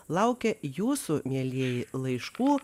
laukia jūsų mielieji laiškų